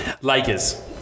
Lakers